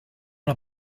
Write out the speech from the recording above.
una